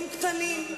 בתחילת-תחילת הדיונים,